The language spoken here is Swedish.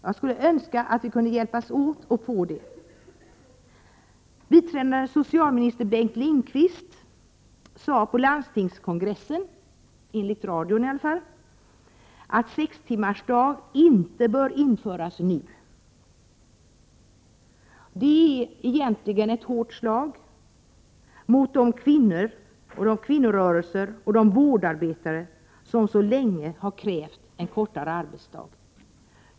Jag skulle önska att vi kunde hjälpas åt att få det. Biträdande socialministern Bengt Lindqvist sade på landstingskongressen — enligt radion i alla fall — att sextimmars arbetsdag inte bör införas nu. Det är egentligen ett hårt slag mot de kvinnor, kvinnorörelser och vårdarbetare som så länge har krävt en kortare arbetsdag.